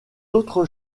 autres